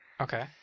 Okay